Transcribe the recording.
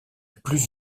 plus